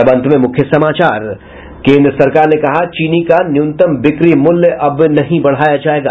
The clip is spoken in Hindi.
और अब अंत में मुख्य समाचार केन्द्र सरकार ने कहा चीनी का न्यूनतम बिक्री मूल्य अब नहीं बढ़ाया जायेगा